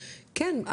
כן,